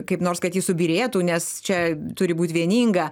kaip nors kad ji subyrėtų nes čia turi būt vieninga